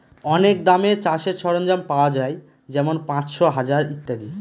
অনেক দামে চাষের সরঞ্জাম পাওয়া যাই যেমন পাঁচশো, হাজার ইত্যাদি